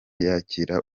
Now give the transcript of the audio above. yakira